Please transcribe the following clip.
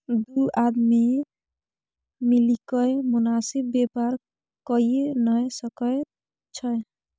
दू आदमी मिलिकए मोनासिब बेपार कइये नै सकैत छै